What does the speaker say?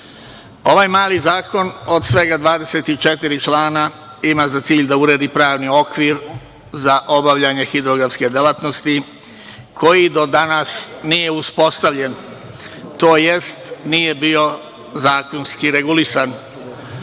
mali zakon od svega 24 člana ima za cilj da uredi pravni okvir za obavljanje hidrografske delatnosti koji do danas nije uspostavljen, tj. nije bio zakonski regulisan. Ovo